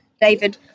David